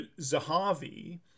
Zahavi